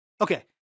Okay